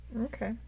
Okay